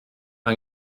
mae